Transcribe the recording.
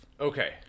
Okay